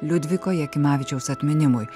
liudviko jakimavičiaus atminimui